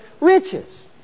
riches